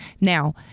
Now—